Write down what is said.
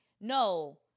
no